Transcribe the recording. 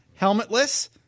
Helmetless